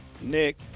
Nick